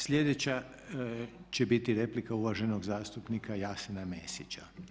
Sljedeća će biti replika uvaženog zastupnika Jasena Mesića.